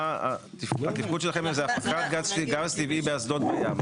מה אתם, התפקוד שלכם זה הפקת גז טבעי באסדות הים.